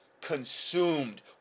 consumed